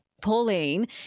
Pauline